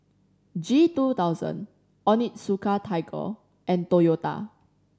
G two thousand Onitsuka Tiger and Toyota